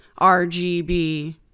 rgb